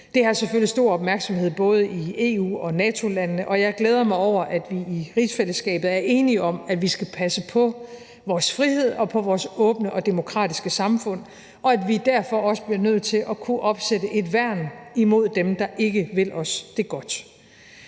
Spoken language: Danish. Det har selvfølgelig stor opmærksomhed, både i EU- og NATO-landene, og jeg glæder mig over, at vi i rigsfællesskabet er enige om, at vi skal passe på vores frihed og på vores åbne og demokratiske samfund, og at vi derfor også bliver nødt til at kunne opsætte et værn imod dem, der ikke vil os det godt.